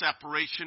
separation